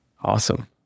Awesome